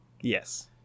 yes